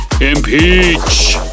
impeach